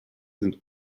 sind